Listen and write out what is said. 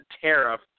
tariff